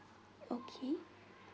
okay